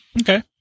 Okay